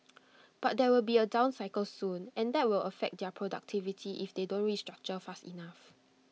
but there will be A down cycle soon and that will affect their productivity if they don't restructure fast enough